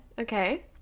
Okay